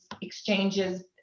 exchanges